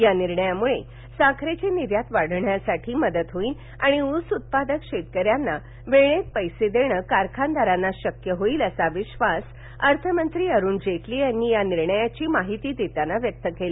या निर्णयामुळे साखरेची निर्यात वाढण्यासाठी मदत होईल आणि ऊस उत्पादक शेतकऱ्यांना वेळेत पैसे देण कारखानदारांना शक्य होईल असा विधास अर्थ मंत्री अरुण जेटली यांनी या निर्णयांची माहिती देताना व्यक्त केला